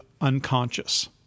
unconscious